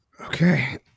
Okay